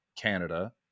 Canada